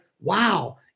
wow